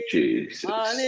Jesus